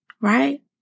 right